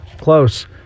Close